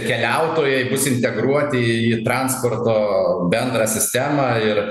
keliautojai bus integruoti į transporto bendrą sistemą ir